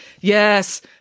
Yes